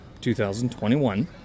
2021